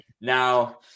now